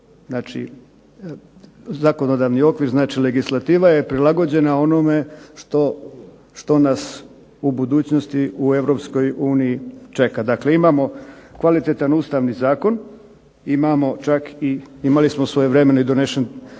znači zakonodavni okvir, znači legislativa je prilagođena onome što nas u budućnosti u Europskoj uniji čeka. Dakle, imamo kvalitetan Ustavni zakon, imamo čak i, imali smo svojevremeno i donešen